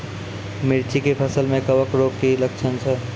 मिर्ची के फसल मे कवक रोग के की लक्छण छै?